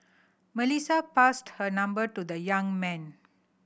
Melissa passed her number to the young man